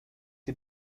die